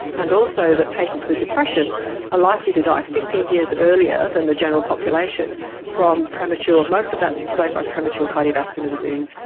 and also that patients with depression are likely to die fifteen years earlier than the general population from premature, most of that is explained by premature cardiovascular disease.